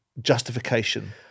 justification